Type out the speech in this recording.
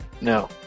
No